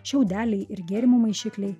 šiaudeliai ir gėrimų maišikliai